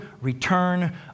return